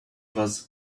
was